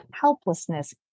helplessness